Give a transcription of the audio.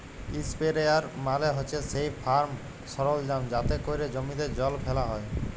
ইসপেরেয়ার মালে হছে সেই ফার্ম সরলজাম যাতে ক্যরে জমিতে জল ফ্যালা হ্যয়